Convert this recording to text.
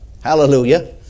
hallelujah